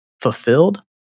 fulfilled